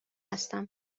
هستم